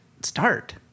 start